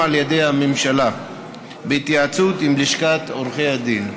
על ידי הממשלה בהתייעצות עם לשכת עורכי הדין.